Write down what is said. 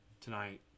tonight